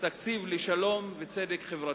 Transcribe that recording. תקציב לשלום וצדק חברתי.